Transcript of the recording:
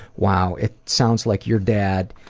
wow, it sounds like your dad,